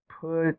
put